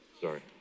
Sorry